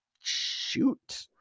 shoot